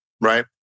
right